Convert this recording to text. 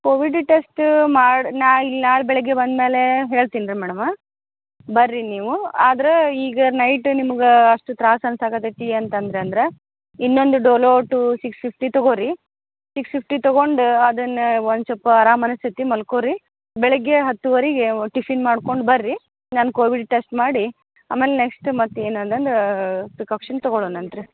Covid test ಮಾಡಿ ನಾಯಿಲ್ಲ ನಾಳೆ ಬೆಳಿಗ್ಗೆ ಬಂದಮೇಲೆ ಹೇಳ್ತಿನಿ ರೀ ಮೇಡಮ ಬರ್ರಿ ನೀವು ಆದ್ರೆ ಈಗ ನೈಟ್ ನಿಮಗೆ ಅಷ್ಟು ತ್ರಾಸ ಅನಿಸಕತೈತೆ ಅಂತ ಅಂದ್ರ ಅಂದ್ರೆ ಇನ್ನೊಂದು ಡೊಲೋ ಟು ಸಿಕ್ಸ್ ಫಿಫ್ಟಿ ತಗೋರಿ ಸಿಕ್ಸ್ ಫಿಫ್ಟಿ ತಗೊಂಡು ಅದನ್ನು ಒಂದು ಚೊಪ್ಪ ಆರಾಮು ಅನಿಸ್ತೈತಿ ಮಲಕೋ ರೀ ಬೆಳಿಗ್ಗೆ ಹತ್ತುವರೆಗೆ ಒಂದು ಟಿಫಿನ್ ಮಾಡ್ಕೊಂಡು ಬರ್ರಿ ನಾನು ಕೋವಿಡ್ ಟೆಸ್ಟ್ ಮಾಡಿ ಆಮೇಲೆ ನೆಕ್ಸ್ಟ್ ಮತ್ತೆ ಏನು ಅನ್ನದು ಪ್ರಿಕಾಕ್ಷನ್ ತಗೋಳನಂತೆ ರೀ